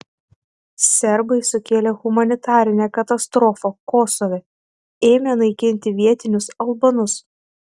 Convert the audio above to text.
serbai sukėlė humanitarinę katastrofą kosove ėmę naikinti vietinius albanus